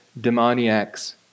demoniac's